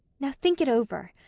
now, think it over!